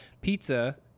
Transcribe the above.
pizza